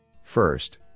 First